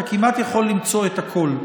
אתה כמעט יכול למצוא את הכול.